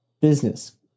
business